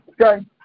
Okay